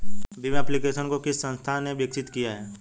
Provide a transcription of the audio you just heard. Bhim application को किस संस्था ने विकसित किया है?